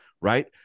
right